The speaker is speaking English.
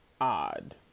odd